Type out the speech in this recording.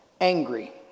angry